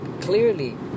clearly